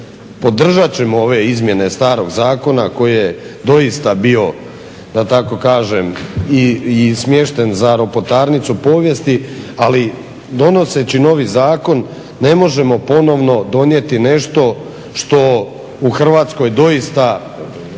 podržat ćemo ove izmjene starog zakona koji je doista bio da tako kažem i smješten za ropotarnicu povijesti, ali donoseći novi zakon ne možemo ponovno donijeti nešto što u Hrvatskoj doista